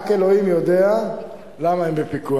רק אלוהים יודע למה הם בפיקוח,